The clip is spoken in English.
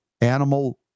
animal